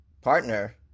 partner